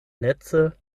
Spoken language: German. netze